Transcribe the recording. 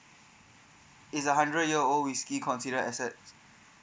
it's a hundred year old whiskey considered asset